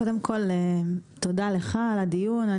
קודם כול, תודה לך על הדיון.